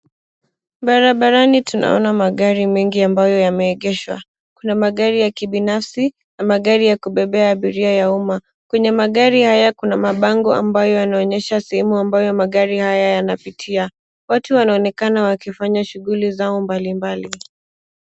Barabarani tunaona magari mengi ambayo yameegeshwa . Kuna magari ya kibinafsi na magari ya kubeba abiria ya umma . Kwenye magari kuna mabango ambayo yanaonyesha sehemu ambayo magari haya yanapitia . Watu wanaonekana wakifanya shughuli zao mbalimbali.